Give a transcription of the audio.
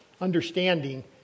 understanding